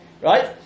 right